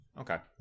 Okay